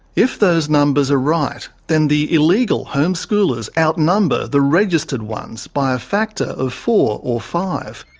if those numbers are right, then the illegal homeschoolers outnumber the registered ones by a factor of four or five.